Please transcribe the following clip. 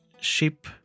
ship